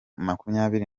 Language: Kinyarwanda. makumyabiri